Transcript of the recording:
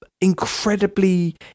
incredibly